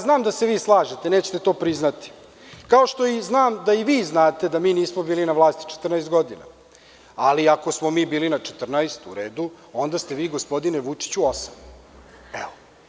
Znam da se vi slažete, nećete to priznati, kao što znam da i vi znate da mi nismo bili na vlasti 14 godina, ali ako smo mi bili 14, u redu, onda ste vi gospodine Vučiću, osam godina.